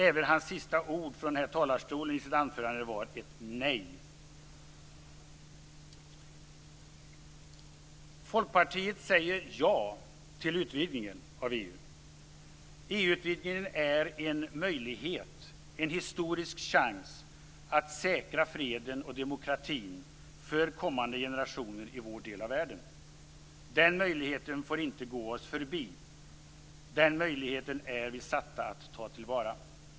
Även hans sista ord i anförandet här från talarstolen var ett nej. utvidgningen är en möjlighet, en historisk chans, att säkra freden och demokratin för kommande generationer i vår del av världen. Den möjligheten får inte gå oss förbi. Den möjligheten är vi satta att ta till vara.